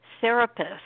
therapist